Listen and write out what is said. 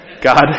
God